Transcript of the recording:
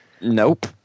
Nope